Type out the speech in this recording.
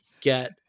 get